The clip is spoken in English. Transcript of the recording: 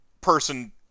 person